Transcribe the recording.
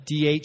DH